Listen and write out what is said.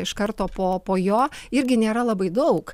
iš karto po po jo irgi nėra labai daug